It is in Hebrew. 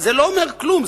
זה לא אומר כלום.